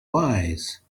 wise